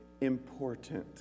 important